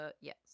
Yes